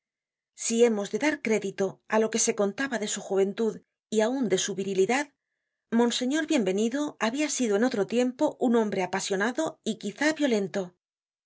si hemos de dar crédito á lo que se contaba de su juventud y aun de su virilidad monseñor bienvenido habia sido en otro tiempo un hombre apasionado y quizá violento su